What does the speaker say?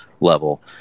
level